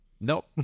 Nope